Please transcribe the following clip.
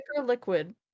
liquid